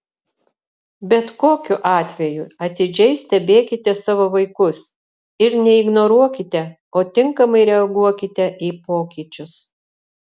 bet kokiu atveju atidžiai stebėkite savo vaikus ir neignoruokite o tinkamai reaguokite į pokyčius